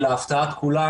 להפתעת כולם,